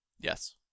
Yes